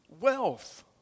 wealth